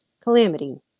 Calamity